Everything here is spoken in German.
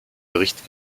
bericht